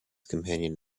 companion